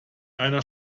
einer